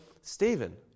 Stephen